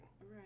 Right